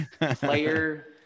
Player